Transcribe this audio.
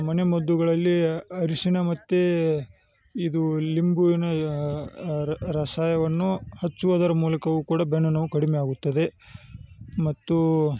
ಮನೆಮದ್ದುಗಳಲ್ಲಿ ಅರಿಶಿನ ಮತ್ತು ಇದು ಲಿಂಬುವಿನ ಯ ರಸಾಯವನ್ನು ಹಚ್ಚುವುದರ ಮೂಲಕವು ಕೂಡ ಬೆನ್ನುನೋವು ಕಡಿಮೆಯಾಗುತ್ತದೆ ಮತ್ತೂ